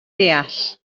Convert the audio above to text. deall